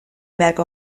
beharko